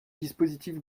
dispositif